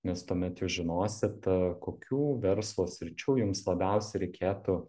nes tuomet jūs žinosit kokių verslo sričių jums labiausiai reikėtų